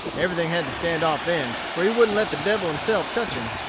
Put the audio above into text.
everything had to stand off then, for he wouldn't let the devil himself touch him.